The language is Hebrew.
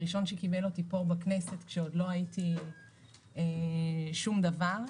הראשון שקיבל אותי פה בכנסת כשעוד לא הייתי שום דבר.